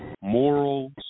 morals